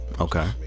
Okay